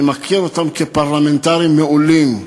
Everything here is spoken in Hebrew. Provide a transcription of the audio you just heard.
אני מכיר אותם כפרלמנטרים מעולים.